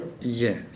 yes